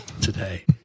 today